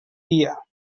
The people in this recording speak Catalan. dia